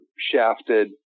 shafted